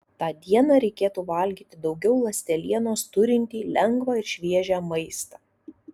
tą dieną reikėtų valgyti daugiau ląstelienos turintį lengvą ir šviežią maistą